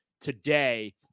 today